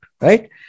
Right